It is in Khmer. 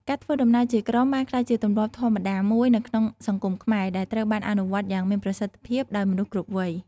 ការធ្វើដំណើរជាក្រុមបានក្លាយជាទម្លាប់ធម្មតាមួយនៅក្នុងសង្គមខ្មែរដែលត្រូវបានអនុវត្តយ៉ាងមានប្រសិទ្ធភាពដោយមនុស្សគ្រប់វ័យ។